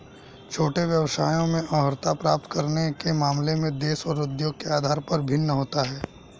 छोटे व्यवसायों में अर्हता प्राप्त करने के मामले में देश और उद्योग के आधार पर भिन्न होता है